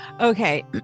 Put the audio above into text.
Okay